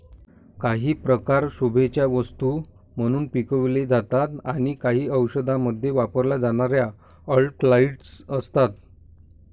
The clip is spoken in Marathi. काही प्रकार शोभेच्या वस्तू म्हणून पिकवले जातात आणि काही औषधांमध्ये वापरल्या जाणाऱ्या अल्कलॉइड्स असतात